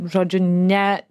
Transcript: žodžiu ne